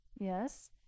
yes